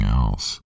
else